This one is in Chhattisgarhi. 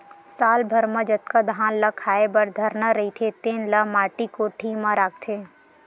साल भर म जतका धान ल खाए बर धरना रहिथे तेन ल माटी कोठी म राखथे